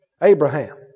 Abraham